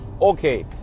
okay